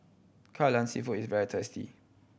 Kai Lan Seafood is very tasty